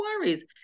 worries